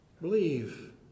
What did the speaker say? Believe